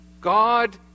God